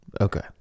Okay